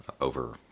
over